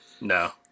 No